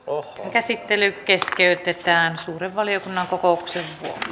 käsittely keskeytetään suuren valiokunnan kokouksen